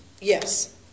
Yes